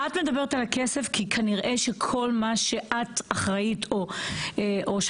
את מדברת על הכסף כי כנראה שכל מה שאת אחראית או שאת